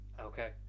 Okay